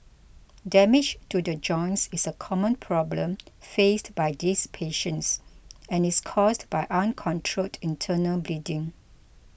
damage to the joints is a common problem faced by these patients and is caused by uncontrolled internal bleeding